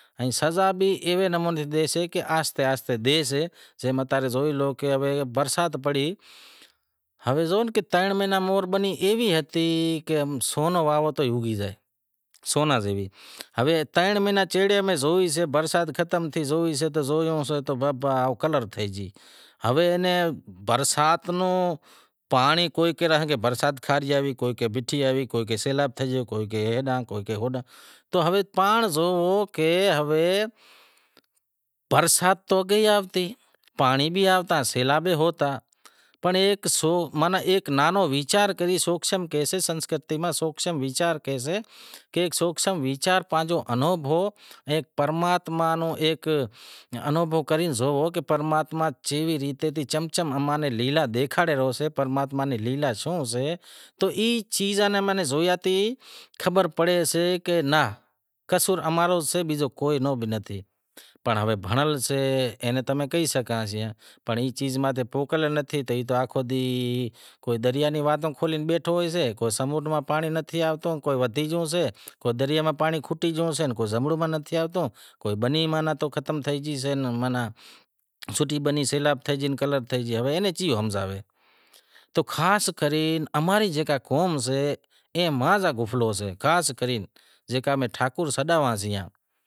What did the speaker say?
ان سزا بھی ایوے نمونے ڈیسے کہ آہستے آہستے ڈیسے کہ ہوے زو برسات پڑی ہوے زو کہ ترن مہینڑا بنی ایوی ہتی کہ اگر سون واہوو تو بھی اوگی زائے، ہوے ترن مہینڑا چیڑے زوئیس برسات ختم تھی زوئیس تو بابا او کلر تھے گئی، ہوے اینے برسات رو پانڑی، کوئی کہے برسات کھاری آئی کوئی کہے میٹھی آوی کوئی کہے سیلاب تھی گیو کوئی کہے ہیڈاں کوئی کہے ہوڈاں ہوے پانڑ زوں کہ ہوے برسات تو اگے ئی آوتی، پانڑی بھی آوتا سیلاب بھی ہوتا پنڑ ایک نانو ویچار کرے سوکشم کہیسیں سنسکرتی ماں سوکشم ویچار کہیسیں کہ ایک ویچار سوکشم پانجو انوکھو، پرماتما رو ایک انوبھو کری زو ایک پرماتما کیوی ریت چم چم امیں لیلا دیکھاڑے ریو سے پرماتما ری لیلا شوں سے، تو ای چیزاں ری امیں زویا سیں خبر پڑے ناں قصور اماں رو سے پر بیجو کے رو نتھی، پر امیں بھنڑیل سے تو کہی سگھاں ای چیز ماتھے کوئی دریا روں واتوں کھولے بیٹھو سے کوئی سمونڈ ماں پانڑی نتھی آوتو کوئی ودھے گیوں سے تو کوئی دریا ماں پانڑی کھٹی گیوں سے کوئی زمڑائو ماں نتھی آوتو کوئی بنی ختم تھے گئی سے ماناں سوٹھی بنی کلر تھے گئی سیلاب تھے گئی، اوئے ناں کی ہمزائے تو خاص کرے اماں ری جیکا قوم سے اے